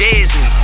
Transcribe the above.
Disney